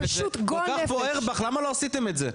כל כך בוער בך למה לא עשיתם את זה?